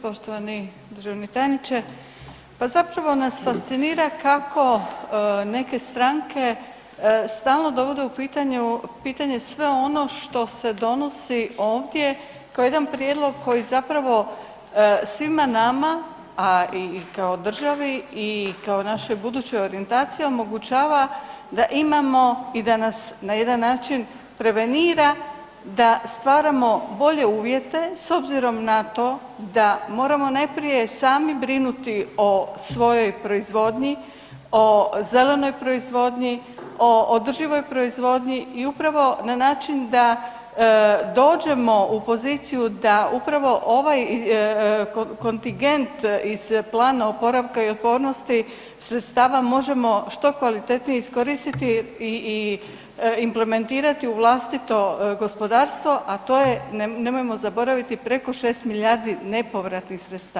Poštovani državni tajniče, pa zapravo nas fascinira kako neke stranke stalno dovode u pitanje sve ono što se donosi ovdje, kao jedna prijedlog koji zapravo svima nama a i kao državi i kao našoj budućoj orijentaciji, omogućava da imamo i da nas na jedan način, prevenira da stvaramo bolje uvjete s obzirom na to da moramo najprije sami brinuti o svojoj proizvodnji, o zelenoj proizvodnji, o održivoj proizvodnji i upravo na način da dođemo u poziciju da upravo ovaj kontigent iz plana opravaka i otpornosti sredstava možemo što kvalitetnije iskoristiti i implementirati u vlastito gospodarstvo a to je nemojmo zaboraviti, preko 6 milijardi nepovratnih sredstava.